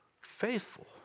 Faithful